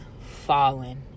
falling